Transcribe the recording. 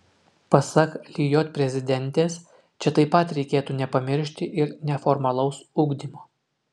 pasak lijot prezidentės čia pat reikėtų nepamiršti ir neformalaus ugdymo